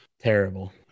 Terrible